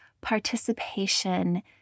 participation